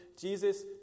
Jesus